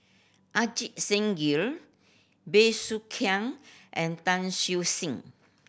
Ajit Singh Gill Bey Soo Khiang and Tan Siew Sin